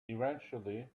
eventually